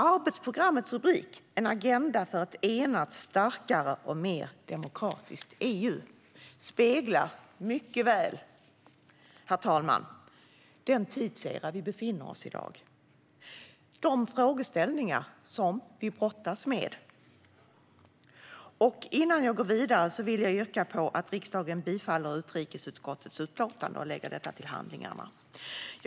Arbetsprogrammets rubrik "En agenda för ett mer enat, starkare och mer demokratiskt EU" speglar mycket väl, herr talman, den tidsera vi befinner oss i i dag och de frågeställningar som vi brottas med. Innan jag går vidare vill jag yrka att riksdagen bifaller förslaget till beslut i utrikesutskottets utlåtande och lägger detta till handlingarna.